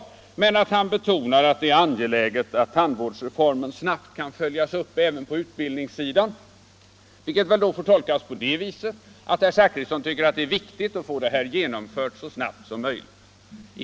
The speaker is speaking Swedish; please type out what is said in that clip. ”Jag vill dock betona”, säger utbildningsministern, ”att det är angeläget att tandvårdsreformen snabbt följs upp även på utbildningssidan.” Detta får väl tolkas så att herr Zachrisson tycker det är viktigt att få dessa ändringar genomförda så snabbt som möjligt.